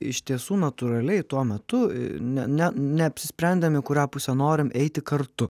iš tiesų natūraliai tuo metu neapsisprendėm į kurią pusę norim eiti kartu